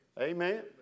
Amen